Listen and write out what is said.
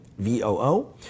VOO